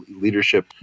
leadership